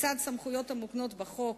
לצד סמכויות המוקנות בחוק,